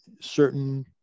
certain